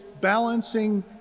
balancing